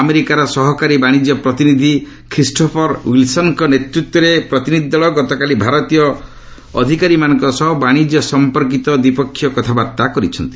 ଆମେରିକାର ସହକାରୀ ବାଣିଜ୍ୟ ପ୍ରତିନିଧି ଖ୍ରୀଷ୍ଟୋଫର ୱିଲ୍ସନ୍ଙ୍କ ନେତୃତ୍ୱରେ ଏକ ପ୍ରତିନିଧି ଦଳ ଗତକାଲି ଭାରତୀୟ ଅଧିକାରୀମାନଙ୍କ ସହ ବାଣିଜ୍ୟ ସମ୍ପର୍କିତ ଦ୍ୱିପକ୍ଷୀୟ କଥାବାର୍ତ୍ତା କରିଛନ୍ତି